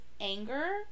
anger